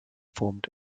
formed